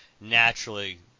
naturally